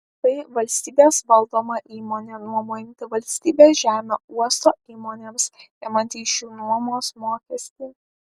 tai valstybės valdoma įmonė nuomojanti valstybės žemę uosto įmonėms imanti iš jų nuomos mokestį